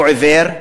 הוא עיוור,